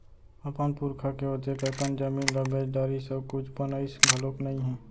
अपन पुरखा के ओतेक अकन जमीन ल बेच डारिस अउ कुछ बनइस घलोक नइ हे